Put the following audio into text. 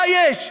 מה יש?